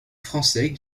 français